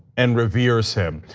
and reveres him.